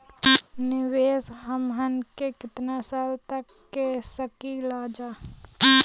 निवेश हमहन के कितना साल तक के सकीलाजा?